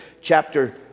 chapter